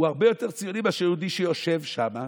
הוא הרבה יותר ציוני מאשר יהודי שיושב שם,